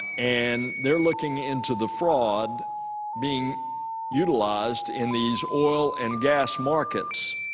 and they're looking into the fraud being utilized in these oil and gas markets,